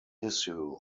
issue